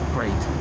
Great